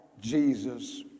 Jesus